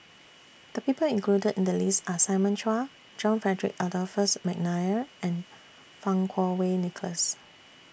The People included in The list Are Simon Chua John Frederick Adolphus Mcnair and Fang Kuo Wei Nicholas